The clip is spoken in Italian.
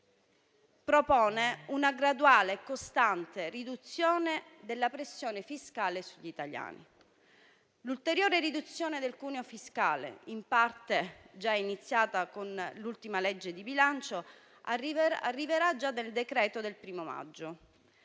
propone una graduale e costante riduzione della pressione fiscale sugli italiani. L'ulteriore riduzione del cuneo fiscale, in parte già iniziata con l'ultima legge di bilancio, arriverà già dal decreto del 1° maggio.